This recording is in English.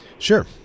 sure